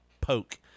poke